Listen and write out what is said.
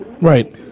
Right